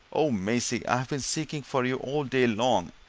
oh, maisie, i've been seeking for you all day long,